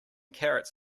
carrots